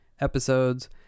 episodes